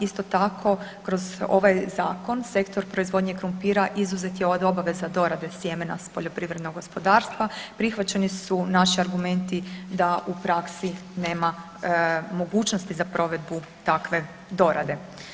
Isto tako, kroz ovaj Zakon sektor proizvodnje krumpira izuzet je od obaveza dorade sjemena s poljoprivrednog gospodarstva, prihvaćeni su naši argumenti da u praksi nema mogućnosti za provedbu takve dorade.